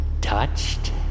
touched